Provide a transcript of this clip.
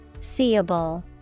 seeable